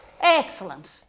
Excellent